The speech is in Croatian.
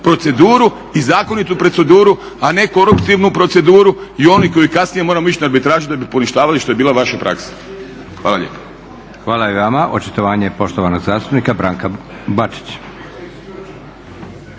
proceduru i zakonitu proceduru a ne koruptivnu proceduru i oni koji kasnije moramo ići na arbitražu da bi poništavali što je bila vaša praksa. Hvala lijepo. **Leko, Josip (SDP)** Hvala i vama. Očitovanje poštovanog zastupnika Branka Bačića.